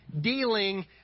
dealing